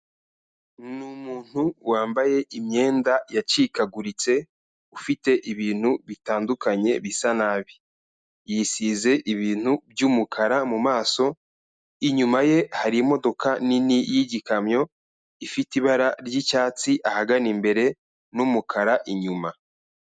Ni umuntu wambaye imyenda yacikaguritse, ufite ibintu bitandukanye bisa nabi, yisize ibintu by'umukara mu maso, inyuma ye hari imodoka nini y'igikamyo, ifite ibara ry'icyatsi ahagana imbere n'umukara inyuma.